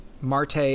Marte